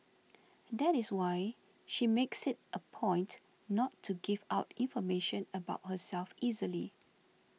that is why she makes it a point not to give out information about herself easily